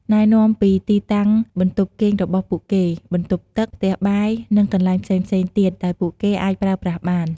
ណែនាំពីទីតាំងបន្ទប់គេងរបស់ពួកគេ បន្ទប់ទឹក ផ្ទះបាយ និងកន្លែងផ្សេងៗទៀតដែលពួកគេអាចប្រើប្រាស់បាន។